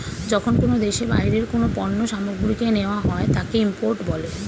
যখন কোনো দেশে বাইরের কোনো পণ্য সামগ্রীকে নেওয়া হয় তাকে ইম্পোর্ট বলে